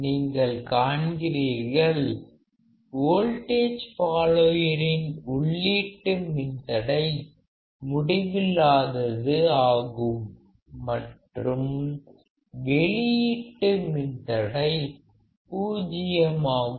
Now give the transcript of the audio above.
நீங்கள் காண்கிறீர்கள் வோல்டேஜ் ஃபாலோயரின் உள்ளீட்டு மின்தடை முடிவில்லாதது ஆகும் மற்றும் வெளியீட்டு மின்தடை பூஜ்யம் ஆகும்